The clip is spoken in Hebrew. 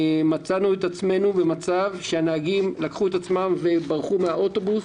מצאנו את עצמנו במצב שהנהגים ברחו מהאוטובוס